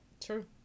True